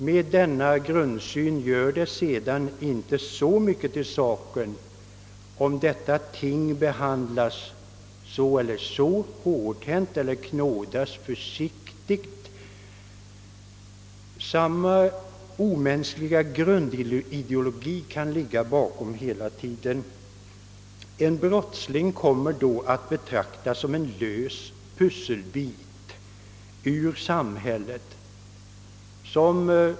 Med en sådan grundsyn gör det inte så mycket till eller ifrån, om detta ting behandlas hårdhänt eller knådas försiktigt. Samma omänskliga grundideologi kan ligga bakom i båda fallen. En brottsling kommer då att betraktas som en pusselbit i samhället.